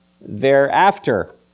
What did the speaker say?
thereafter